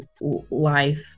life